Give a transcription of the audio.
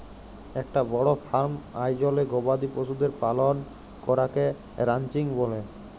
একটা বড় ফার্ম আয়জলে গবাদি পশুদের পালন করাকে রানচিং ব্যলে